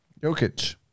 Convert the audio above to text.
Jokic